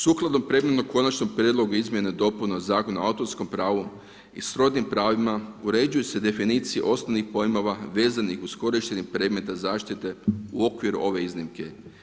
Sukladno predmetu konačnom prijedlogu izmjene i dopuna zakona o autorskom pravu i srodnim pravima uređuju se definicije osnovnih pojmova vezanih uz korištenje predmeta zaštite u okviru ove iznimke.